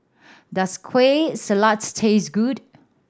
does Kueh Salat taste good